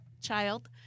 child